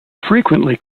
frequently